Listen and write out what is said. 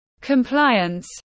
compliance